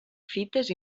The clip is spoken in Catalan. fites